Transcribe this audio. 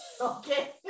Okay